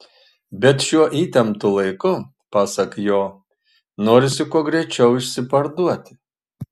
bet šiuo įtemptu laiku pasak jo norisi kuo greičiau išsiparduoti